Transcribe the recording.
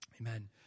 Amen